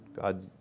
God